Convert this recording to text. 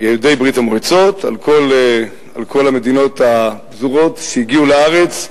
יהודי ברית-המועצות על כל המדינות הפזורות שהגיעו לארץ,